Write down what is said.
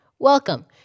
Welcome